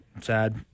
Sad